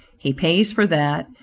he pays for that,